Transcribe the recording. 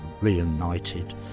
reunited